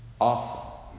Awful